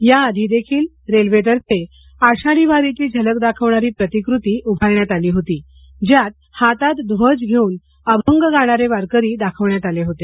या आधी देखील रेल्वे तर्फे आषाढी वारीची झलक दाखवणारी प्रतिकृती उभारण्यात आली होती ज्यात हातात ध्वज घेऊन अभंग गाणारे वारकरी दाखवण्यात आले होते